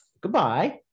Goodbye